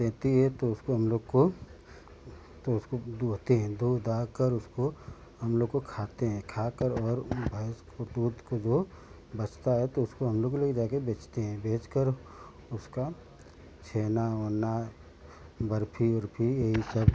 देती है तो उसको हम लोग को तो उसको दुहते हैं दूध दोह कर उसको हम लोग को खाते हैं खा कर और भैंस को दूध को वह बचता है तो उसको हम लोग ले जा कर बेचते हैं बेच कर उसका छेना उना बर्फ़ी उर्फ़ी यही सब कुछ